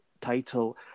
title